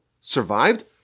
survived